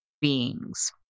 beings